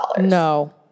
No